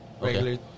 regular